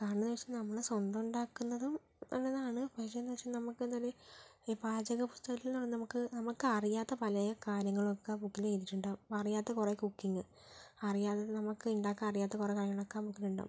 കാരണം എന്ന് വെച്ചാൽ നമ്മള് സ്വന്തം ഉണ്ടാക്കുന്നതും നല്ലതാണ് പക്ഷേ എന്നുവച്ചാൽ നമുക്കെന്നാല് ഈ പാചക പുസ്തകത്തിലുള്ള നമുക്ക് നമുക്കറിയാത്ത പല കാര്യങ്ങളൊക്കെ ആ ബുക്കില് എഴുതീട്ടുണ്ടാവും അറിയാത്ത കുറെ കൂക്കിങ് അറിയാത്ത നമുക്ക് ഉണ്ടാക്കാൻ അറിയാത്ത കുറെ കാര്യങ്ങളൊക്കെ ആ ബുക്കിലുണ്ടാകും